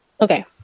Okay